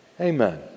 Amen